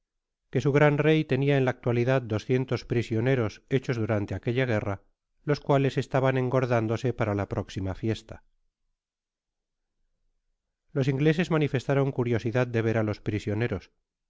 que su gran rey tenia en lá actualidad doscientos prisionéros hechos dorante aquella guerra los cuales estaban engordándose para iá próxima tiesta los ingleses manifestaron curiosidad de ver á los prisioneros